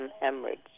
hemorrhage